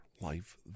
life